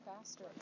faster